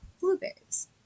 blueberries